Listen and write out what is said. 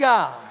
God